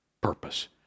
purpose